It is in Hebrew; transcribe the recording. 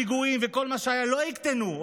הפיגועים וכל מה שהיה לא יקטנו,